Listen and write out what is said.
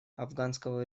афганского